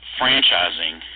franchising